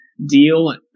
Deal